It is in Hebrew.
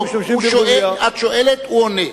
את שואלת, הוא עונה.